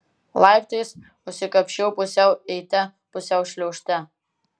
laiptais užsikapsčiau pusiau eite pusiau šliaužte